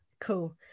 cool